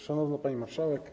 Szanowna Pani Marszałek!